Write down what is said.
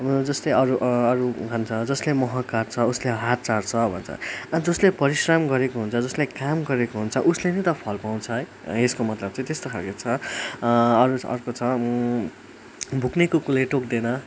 अब जस्तै अरू अरू उखान छ जसले मह काट्छ उसले हात चाट्छ भन्छ अब जसले परिश्रम गरेको हुन्छ जसले काम गरेको हुन्छ उसले नै त फल पाउँछ है यसको मतलब चाहिँँ त्यस्तो खालको छ अरू छ अर्को छ भुक्ने कुकुरले टोक्दैन